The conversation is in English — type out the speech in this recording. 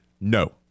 No